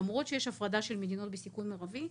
למרות שיש הפרדה של מדינות בסיכון מרבי,